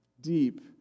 deep